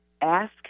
ask